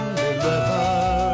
deliver